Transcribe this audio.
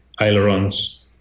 ailerons